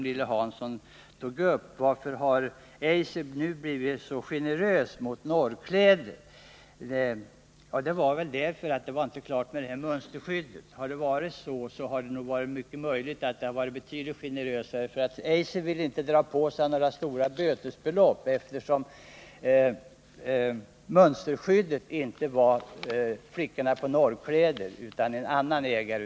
Lilly Hansson frågade också varför Eiser nu har blivit så generöst mot Norrkläder. Jag skulle tro att det är därför att det tidigare inte varit klart med mönsterskyddet. Hade det varit klart, är det möjligt att Eiser kunnat vara betydligt generösare än så. Eiser ville naturligtvis inte riskera att dra på sig några stora bötesbelopp, och den risken förelåg eftersom mönsterskyddet inte ägdes av flickorna på Norrkläder utan hade en annan ägare.